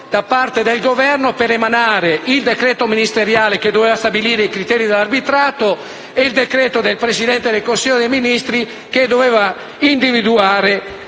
da parte del Governo per emanare il decreto ministeriale che doveva stabilire i criteri dell'arbitrato, e il decreto del Presidente del Consiglio dei ministri che doveva individuare